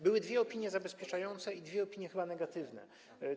Były dwie opinie zabezpieczające i dwie opinie chyba negatywne.